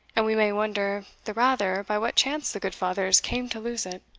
and we may wonder the rather by what chance the good fathers came to lose it.